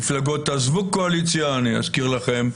מפלגות עזבו קואליציה, אני מזכיר לכם,